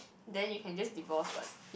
then you can just divorce what